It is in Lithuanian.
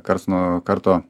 karts nuo karto